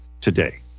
today